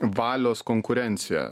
valios konkurencija